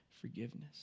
forgiveness